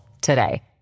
today